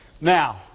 Now